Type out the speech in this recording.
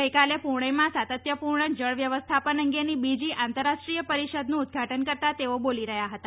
ગઈકાલે પુણેમાં સાતત્યપૂર્ણ જળ વ્યવસ્થાપન અંગેની બીજી આંતરરાષ્ટ્રીય પરિષદનું ઉદઘાટન કરતા તેઓ બોલી રહ્યા હતા